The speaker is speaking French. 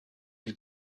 lui